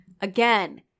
Again